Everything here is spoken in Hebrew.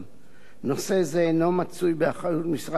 נושא זה אינו מצוי באחריות משרד התחבורה.